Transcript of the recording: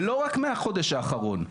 ולא רק מהחודש האחרון.